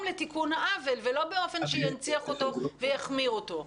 לתיקון העוול ולא באופן שינציח אותו ויחמיר אותו.